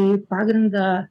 kaip pagrindą